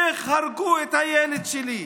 איך הרגו את הילד שלי,